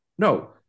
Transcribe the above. No